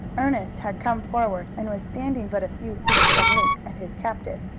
ernest had come forward, and was standing but a few feet from luke and his captive.